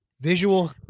Visual